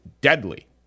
deadly